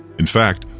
in fact,